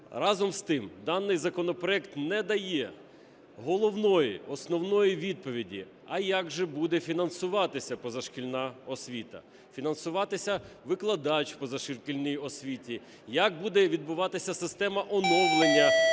Разом з тим даний законопроект не дає головної основної відповіді, а як же буде фінансуватися позашкільна освіта, фінансуватися викладач у позашкільній освіті? Як буде відбуватися система оновлення